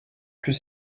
plus